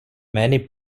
many